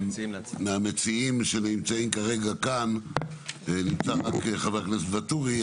מהמציעים נמצא כאן כרגע רק חבר הכנסת ואטורי,